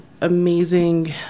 amazing